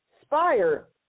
Spire